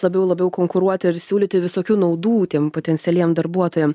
labiau labiau konkuruoti ir siūlyti visokių naudų tiem potencialiem darbuotojam